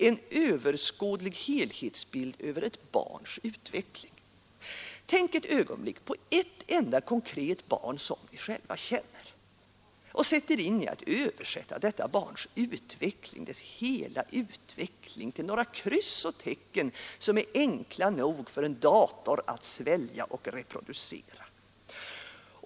En överskådlig helhetsbild över ett barns utveckling! Tänk ett ögonblick på ett enda konkret barn som ni själva känner och sätt er in i att översätta detta barns utveckling, dess hela utveckling, till några kryss och tecken som är enkla nog för en dator att svälja och reproducera.